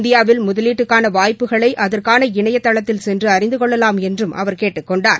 இந்தியாவில் முதலீட்டுக்கான வாய்ப்புகளை அதற்கான இணையதளத்தில் சென்று அறிந்து கொள்ளலாம் என்றும் அவர் கேட்டுக் கொண்டார்